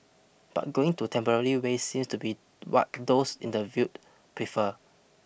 but going to temporary way seems to be what those interviewed prefer